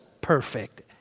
perfect